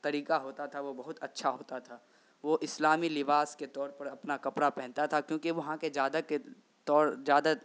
طریقہ ہوتا تھا وہ بہت اچھا ہوتا تھا وہ اسلامی لباس کے طور پر اپنا کپڑا پہنتا تھا کیونکہ وہاں کے زیادہ کے طور زیادہ